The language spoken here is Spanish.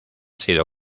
sido